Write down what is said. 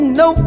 no